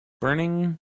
Burning